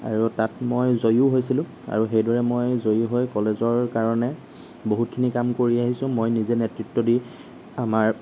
আৰু তাত মই জয়ো হৈছিলো আৰু সেইদৰে মই জয়ী হৈ কলেজৰ কাৰণে বহুতখিনি কাম কৰি আহিছোঁ মই নিজে নেতৃত্ব দি আমাৰ